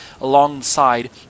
alongside